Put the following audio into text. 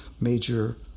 major